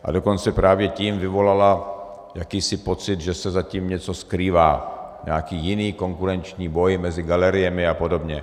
A dokonce právě tím vyvolala jakýsi pocit, že se za tím něco skrývá, nějaký jiný konkurenční boj mezi galeriemi a podobně.